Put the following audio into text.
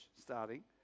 starting